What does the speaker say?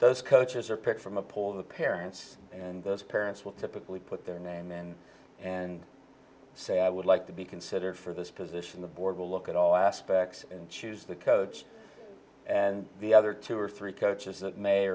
those coaches are picked from a poll of the parents and those parents will typically put their name in and say i would like to be considered for this position the board will look at all aspects and choose the coach and the other two or three coaches that may